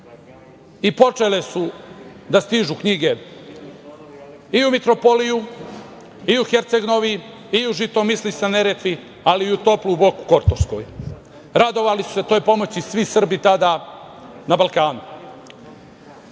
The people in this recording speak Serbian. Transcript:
i počele su da stižu knjige i u Mitropoliju i u Herceg Novi i u Žitomislić na Neretvi, ali i toplu Boku Kotorsku. Radovali su se toj pomoći svi Srbi tada na Balkanu. Šta